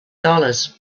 dollars